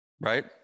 right